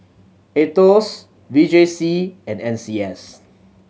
Aetos V J C and N C S